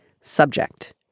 Subject